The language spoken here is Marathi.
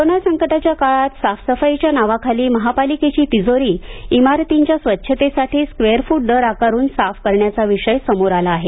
कोरोना संकटाच्या काळात साफसफाईच्या नावाखाली महापालिकेची तिजोरी इमारतींच्या स्वच्छतेसाठी स्क्वेअर फूट दर आकारून साफ करण्याचा विषय समोर आला आहे